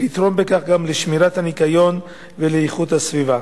ולתרום בכך לשמירת הניקיון ולאיכות הסביבה.